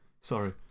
Sorry